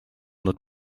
над